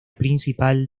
principal